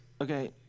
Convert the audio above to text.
okay